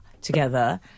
together